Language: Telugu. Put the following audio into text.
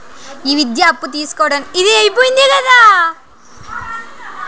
ఈ విద్యా అప్పు తీసుకోడానికి ఎంత మంది గ్యారంటర్స్ వివరాలు అవసరం?